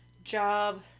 Job